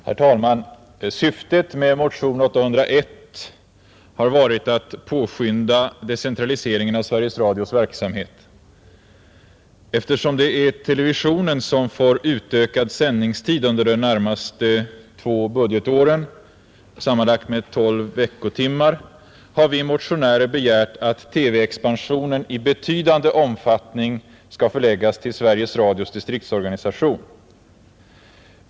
Herr talman! Syftet med motionen 801 har varit att påskynda decentraliseringen av Sveriges Radios verksamhet. Eftersom det är televisionen som får utökad sändningstid under de närmaste två budgetåren — sammanlagt med 12 veckotimmar — har vi motionärer begärt att TV-expansionen i betydande omfattning skall förläggas till Sveriges Radios distriktsorganisation.